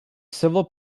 civil